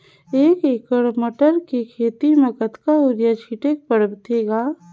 एक एकड़ मटर के खेती म कतका युरिया छीचे पढ़थे ग?